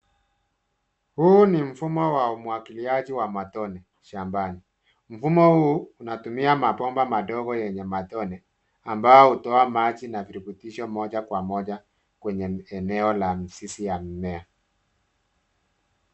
Huu ni mfumo wa umwangiliaji wa matone shambani. Mfumo huu unatumia mabomba madogo yenye matone ambayo hutoa maji na virutubisho moja kwa moja kwenye eneo la mizizi ya mimea.